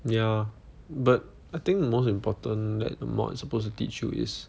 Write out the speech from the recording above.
ya but I think the most important that mod is supposed to teach you is